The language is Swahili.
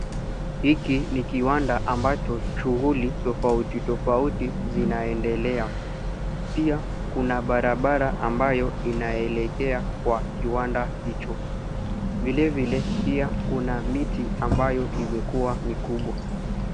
Hiki ni kiwanda ambacho shuguli tofautitofauti zinaendelea, pia kuna barabara ambayo inaelekea kwa kiwanda hicho. Vilevile pia kuna miti ambayo imekuwa mikubwa.